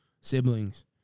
Siblings